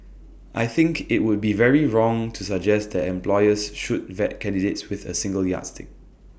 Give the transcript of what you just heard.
I think IT would be very wrong to suggest that employers should vet candidates with A single yardstick